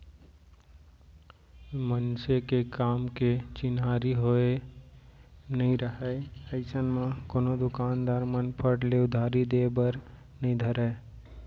मनसे के काम के चिन्हारी होय नइ राहय अइसन म कोनो दुकानदार मन फट ले उधारी देय बर नइ धरय